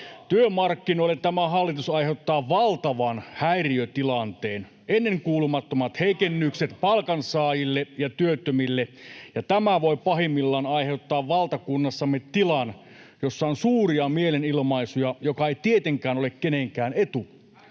Työmarkkinoille tämä hallitus aiheuttaa valtavan häiriötilanteen. [Perussuomalaisten ryhmästä: Ei aiheuta!] Ennenkuulumattomat heikennykset palkansaajille ja työttömille, ja tämä voi pahimmillaan aiheuttaa valtakunnassamme tilan, jossa on suuria mielenilmaisuja, mikä ei tietenkään ole kenenkään etu.